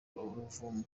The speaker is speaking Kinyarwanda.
ruvumwa